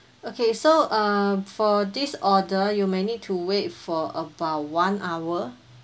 okay so uh for this order you may need to wait for about one hour